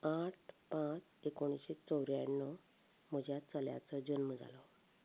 आठ आठ एकुणशें चवद्याणव म्हज्या चलयाचो जल्म जालो